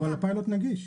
אבל הפיילוט נגיש.